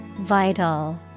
Vital